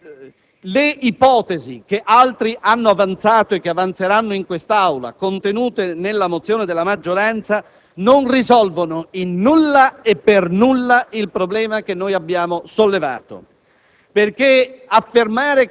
prova. Le ipotesi che altri hanno avanzato e che avanzeranno in quest'Aula, contenute nella mozione della maggioranza, non risolvono in nulla e per nulla il problema che abbiamo sollevato,